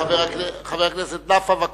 חבר הכנסת נפאע.